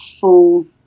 full